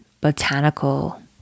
Botanical